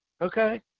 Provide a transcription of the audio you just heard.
okay